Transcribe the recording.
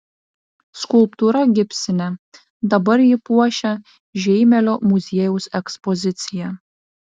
skulptūra gipsinė dabar ji puošia žeimelio muziejaus ekspoziciją